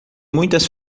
muitas